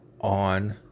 on